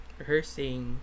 rehearsing